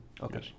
Okay